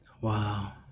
Wow